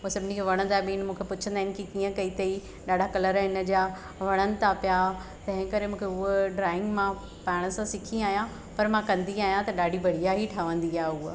पोइ सभिनी खे वणंदा बि आहिनि मूंखे पुछंदा आहिनि की कीअं कई अथई ॾाढा कलर आहिनि इन जा वणनि था पिया तंहिं करे मूंखे हुआ ड्राइंग मां पाण सां सिखी आहियां पर मां कंदी आहियां त ॾाढी बढ़िया ई ठहंदी आहे उहा